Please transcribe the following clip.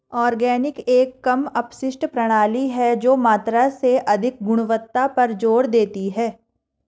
organic एक कम अपशिष्ट प्रणाली है जो मात्रा से अधिक गुणवत्ता पर जोर देती है